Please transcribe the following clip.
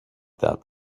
that